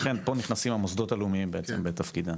לכן פה נכנסים המוסדות הלאומיים בעצם בתפקידם.